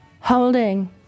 holding